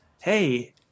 hey